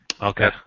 Okay